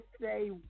say